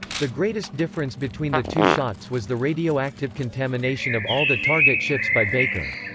the greatest difference between the two shots was the radioactive contamination of all the target ships by baker.